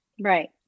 Right